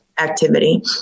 activity